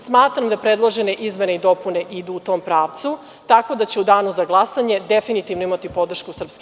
Smatram da predložene izmene i dopune idu u tom pravcu, tako da će u danu za glasanje definitivno imati podršku SNS.